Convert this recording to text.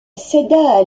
céda